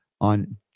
on